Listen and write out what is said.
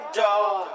door